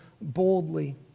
boldly